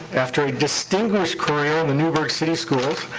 after a distinguished career in the newburgh city schools.